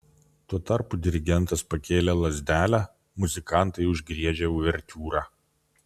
tuo tarpu dirigentas pakėlė lazdelę muzikantai užgriežė uvertiūrą